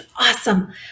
awesome